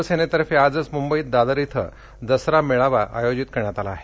शिवसेनेतर्फे आजच मुंबईत दादर इथं दसरा मेळावा आयोजित करण्यात आला आहे